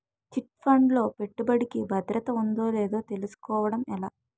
Chit fund లో పెట్టుబడికి భద్రత ఉందో లేదో తెలుసుకోవటం ఎలా?